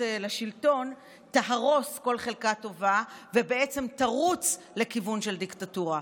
לשלטון תהרוס כל חלקה טובה ובעצם תרוץ לכיוון של דיקטטורה.